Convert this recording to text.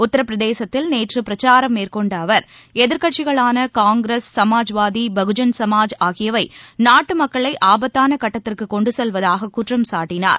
உத்திரப்பிரதேசத்தில் நேற்றபிரச்சாரம் மேற்கொண்டஅவர் எதிர்க்கட்சிகளானகாங்கிரஸ் சமாஜ்வாதிகட்சி பகுஜன் சமாஜ் கட்சிஆகியவைநாட்டுமக்களைஆபத்தானகட்டத்திற்குகொண்டுசெல்வதாககுற்றம் சாட்டினார்